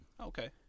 Okay